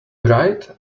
right